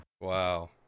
Wow